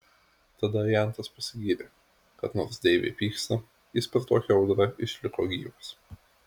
tada ajantas pasigyrė kad nors deivė pyksta jis per tokią audrą išliko gyvas